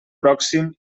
pròxim